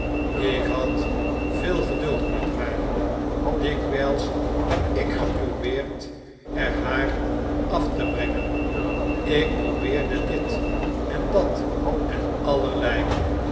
ik had veel geduld met haar dikwijls heb ik geprobeerd er haar af te brengen ik probeerde dit en dat en allerlei